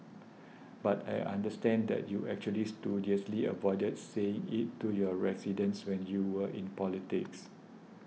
but I understand that you actually studiously avoided saying it to your residents when you were in politics